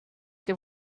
che